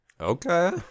okay